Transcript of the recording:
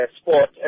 sport